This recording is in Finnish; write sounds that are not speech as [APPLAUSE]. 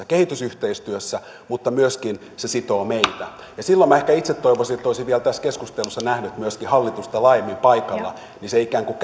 [UNINTELLIGIBLE] kehitysyhteistyössä mutta myöskin se sitoo meitä silloin minä ehkä itse toivoisin että olisin vielä tässä keskustelussa nähnyt myöskin hallitusta laajemmin paikalla se ikään kuin [UNINTELLIGIBLE]